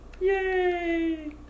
Yay